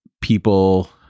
people